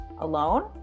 alone